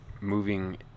moving